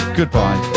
goodbye